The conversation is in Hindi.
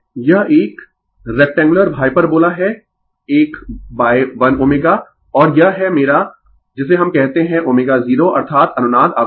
यह एक रेक्टंगुलर हाइपरबोला है एक l ω और यह है मेरा जिसे हम कहते है ω0 अर्थात अनुनाद आवृत्ति